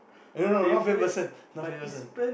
no no no not favourite person not favourite person